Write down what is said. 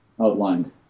outlined